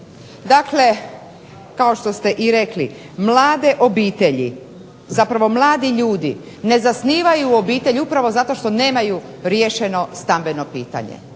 Dakle, kao što ste i rekli mladi ljudi ne zasnivaju obitelj upravo zato što nemaju riješeno stambeno pitanje